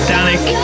Danik